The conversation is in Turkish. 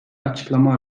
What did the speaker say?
açıklama